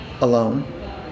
alone